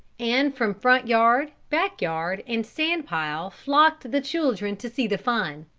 and from front-yard, back-yard and sand-pile flocked the children to see the fun.